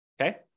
okay